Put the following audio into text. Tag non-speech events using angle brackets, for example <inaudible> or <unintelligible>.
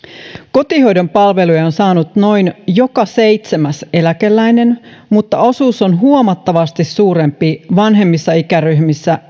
kotihoidon palveluja on saanut noin joka seitsemäs eläkeläinen mutta osuus on huomattavasti suurempi vanhemmissa ikäryhmissä <unintelligible>